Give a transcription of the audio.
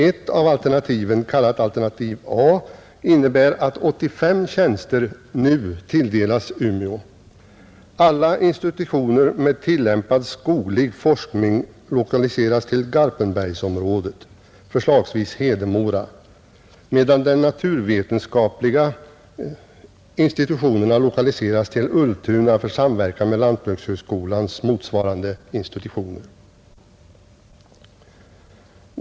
Ett av alternativen — kallat alternativ A — innebär att 85 tjänster nu tilldelas Umeå, att alla institutioner med tillämpad skoglig forskning lokaliseras till Garpenbergsområdet, förslagsvis Hedemora, medan de naturvetenskapliga institutionerna lokaliseras till Ultuna för samverkan med lantbrukshögskolans motsvarande institutioner.